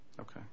Okay